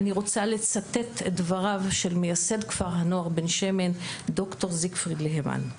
אני רוצה לצטט את דבריו של מייסד כפר הנוער בן שמן ד"ר זיגפריד להמן,